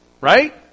Right